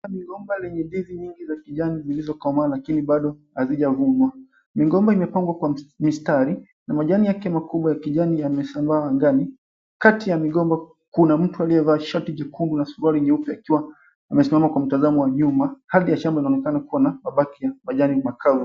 Migomba yenye ndizi nyingi za kijani iliyokomaa lakini bado hazijavunwa. Migomba imepangwa kwa mistari, na majani yake makubwa ya kijani ya yamesambaa angani. Kati ya migomba kuna mtu aliyevaa shati jekundu na suruali nyeupe, akiwa amesimama kwa mtazamo wa nyuma. Hali ya shamba inaonekana kuwa na mabaki ya majani makavu.